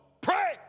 pray